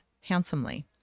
handsomely